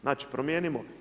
Znači, promijenimo.